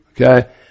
okay